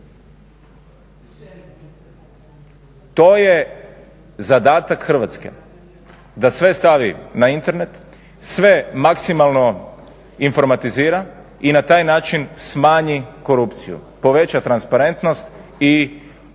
To je zadatak Hrvatske, da sve stavi na internet, sve maksimalno informatizira i na taj način smanji korupciju, poveća transparentnost i poveća